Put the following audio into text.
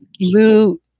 Lou